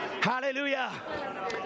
Hallelujah